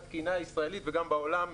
בתקינה הישראלית וגם בעולם,